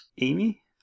Amy